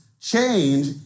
change